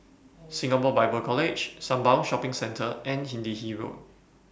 Singapore Bible College Sembawang Shopping Centre and Hindhede Road